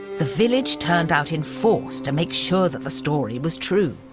the village turned out in force to make sure that the story was true,